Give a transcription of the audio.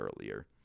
earlier